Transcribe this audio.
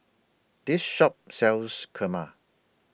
This Shop sells Kurma